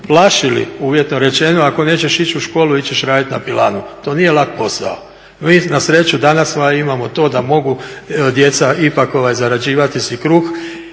plašili uvjetno rečeno ako nećeš ići u školu, ići ćeš raditi na pilanu. To nije lak posao. Vi na sreću danas vam imamo to da mogu djeca ipak zarađivati si kruh.